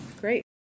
Great